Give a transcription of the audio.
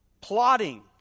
plotting